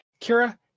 Kira